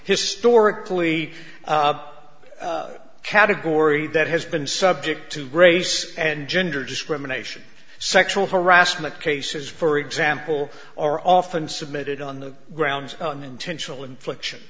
historically category that has been subject to grace and gender discrimination sexual harassment cases for example are often submitted on the grounds intentional infliction